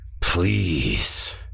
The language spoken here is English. Please